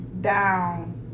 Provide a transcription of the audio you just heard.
down